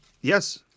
yes